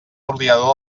ordinador